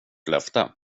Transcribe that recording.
löfte